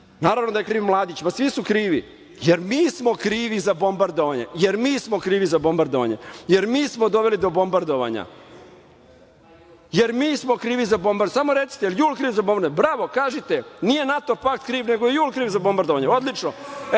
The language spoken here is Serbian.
Naravno da je kriv Mladić, ma, svi su krivi, jer mi smo krivi za bombardovanje, jer mi smo krivi za bombardovanje, jer mi smo doveli do bombardovanja, jer mi smo krivi za bombardovanje. Samo recite, jel JUL kriv za bombardovanje? Bravo. Kažite, nije NATO pakt kriv, nego JUL kriv za bombardovanje. Odlično.